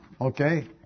Okay